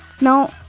Now